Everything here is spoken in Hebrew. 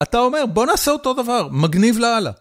אתה אומר בוא נעשה אותו דבר, מגניב לאללה.